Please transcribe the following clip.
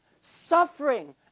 suffering